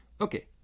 Okay